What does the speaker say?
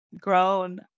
grown